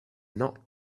not